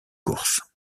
course